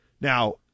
Now